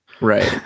Right